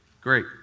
Great